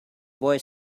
boy